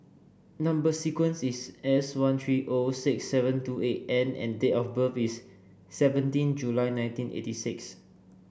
number sequence is S one three zero six seven two eight N and date of birth is seventeen July nineteen eighty six